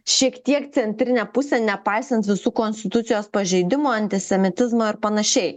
šiek tiek centrinę pusę nepaisant visų konstitucijos pažeidimų antisemitizmo ir panašiai